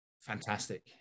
Fantastic